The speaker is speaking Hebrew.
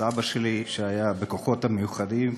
סבא שלי, שהיה בכוחות המיוחדים,